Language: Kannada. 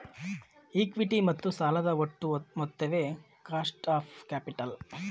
ಇಕ್ವಿಟಿ ಮತ್ತು ಸಾಲದ ಒಟ್ಟು ಮೊತ್ತವೇ ಕಾಸ್ಟ್ ಆಫ್ ಕ್ಯಾಪಿಟಲ್